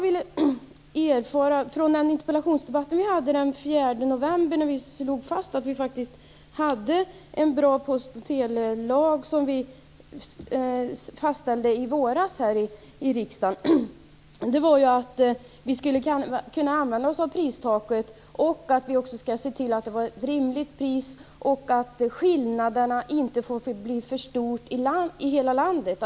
I den interpellationsdebatt som vi hade den 4 november slog vi fast att den post och telelag som vi fastställde i våras i riksdagen är bra. Vi skulle kunna använda oss av pristaket. Vi skall se till att priset är rimligt och att skillnaderna inte blir för stora över landet.